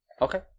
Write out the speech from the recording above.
Okay